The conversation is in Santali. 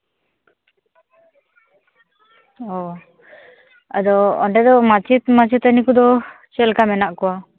ᱚ ᱟᱫᱚ ᱚᱸᱰᱮ ᱫᱚ ᱢᱟᱪᱮᱫ ᱢᱟᱪᱮᱛᱟᱹᱱᱤ ᱠᱚᱫᱚ ᱪᱮᱫᱞᱮᱠᱟ ᱢᱮᱱᱟᱜ ᱠᱚᱣᱟ